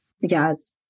Yes